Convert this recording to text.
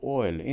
oil